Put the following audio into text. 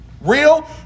Real